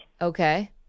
Okay